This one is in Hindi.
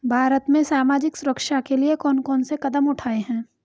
भारत में सामाजिक सुरक्षा के लिए कौन कौन से कदम उठाये हैं?